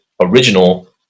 original